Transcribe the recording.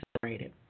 separated